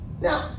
Now